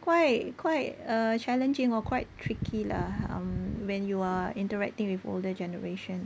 quite quite a challenging or quite tricky lah um when you are interacting with older generation